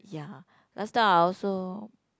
ya last time I also